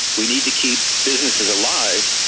we need to keep businesses alive,